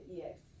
yes